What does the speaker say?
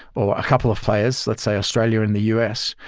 or a couple of fliers, let's say australia and the u s.